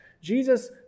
Jesus